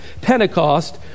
Pentecost